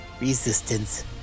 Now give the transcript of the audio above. resistance